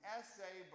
essay